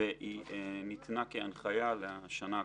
וניתנה כהנחיה לשנה הקרובה.